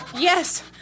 Yes